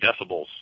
decibels